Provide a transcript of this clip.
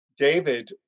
David